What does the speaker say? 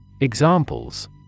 Examples